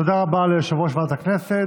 תודה רבה ליושב-ראש ועדת הכנסת.